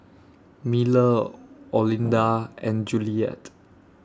Miller Olinda and Juliette